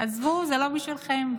עזבו, זה לא בשבילכם.